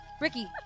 ricky